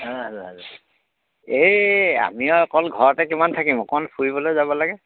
ভাল ভাল এই আমিও অকল ঘৰতে কিমান থাকিম অকণমান ফুৰিবলৈ যাব লাগে